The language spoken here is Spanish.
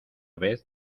vez